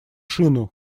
шину